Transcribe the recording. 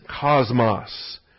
cosmos